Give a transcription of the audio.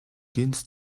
гэнэт